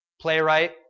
playwright